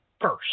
first